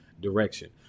direction